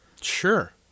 Sure